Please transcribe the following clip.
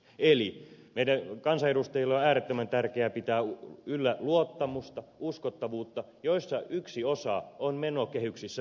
meidän kansanedustajien on äärettömän tärkeää pitää yllä luottamusta uskottavuutta jossa yksi osa on menokehyksissä pysyminen